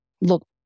look